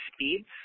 Speeds